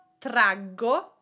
traggo